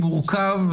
מורכב,